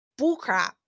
bullcrap